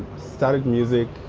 studied music,